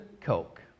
Coke